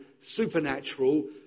Supernatural